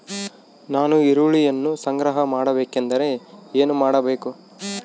ನಾನು ಈರುಳ್ಳಿಯನ್ನು ಸಂಗ್ರಹ ಮಾಡಬೇಕೆಂದರೆ ಏನು ಮಾಡಬೇಕು?